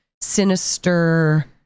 sinister